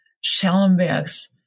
Schellenberg's